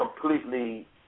completely